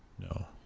no